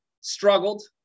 struggled